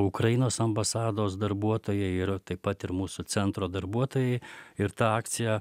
ukrainos ambasados darbuotojai yra taip pat ir mūsų centro darbuotojai ir ta akcija